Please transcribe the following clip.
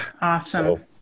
Awesome